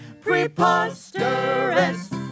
preposterous